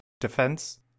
defense